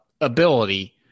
ability